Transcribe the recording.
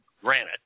granite